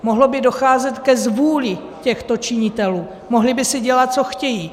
Mohlo by docházet ke zvůli těchto činitelů, mohli by si dělat, co chtějí.